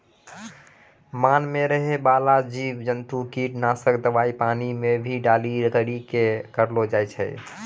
मान मे रहै बाला जिव जन्तु किट नाशक दवाई पानी मे भी डाली करी के करलो जाय छै